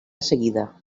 seguida